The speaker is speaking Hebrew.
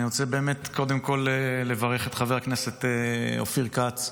אני רוצה באמת קודם כול לברך את חבר הכנסת אופיר כץ.